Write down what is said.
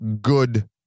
good